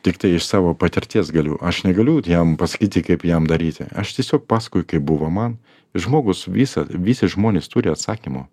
tiktai iš savo patirties galiu aš negaliu jam pasakyti kaip jam daryti aš tiesiog paskoju kaip buvo man žmogus visą visi žmonės turi atsakymo